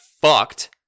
fucked